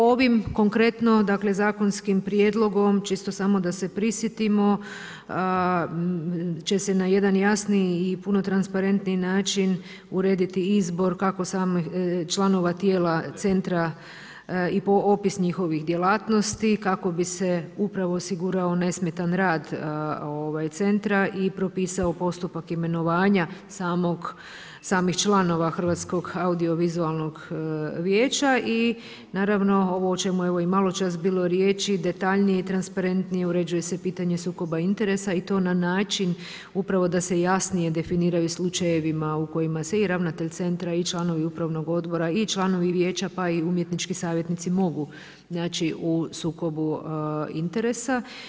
Ovim konkretno zakonskim prijedlogom, čisto samo da se prisjetimo, će se na jedan jasniji i puno transparentniji način urediti i izbor kako samih članova tijela centra i opis njihovih djelatnosti kako bi se upravo osigurao nesmetan rad centra i propisao postupak imenovanja samih članova hrv. audiovizualnog vijeća i naravno ovo o čemu je maločas bilo riječi, detaljnije i transparentnije uređuje se pitanje sukoba interesa i to na način upravo da se jasnije definiraju slučajevima u kojima se i ravnatelj centra i članovi upravnog odbora i članovi vijeća pa i umjetnički savjetnici mogu naći u sukobu interesa.